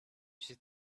should